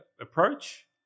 approach